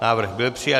Návrh byl přijat.